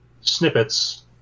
snippets